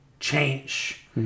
change